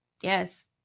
Yes